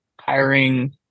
Hiring